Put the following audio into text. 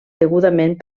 degudament